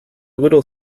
little